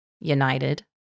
United